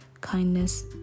kindness